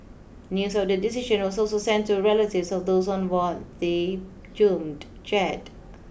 news of the decision was so sent to relatives of those on board the doomed jet